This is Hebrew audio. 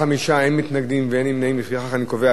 לפיכך אני קובע שההצעה לסדר-היום בנושא: פרויקט